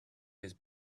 his